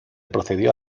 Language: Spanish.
procedió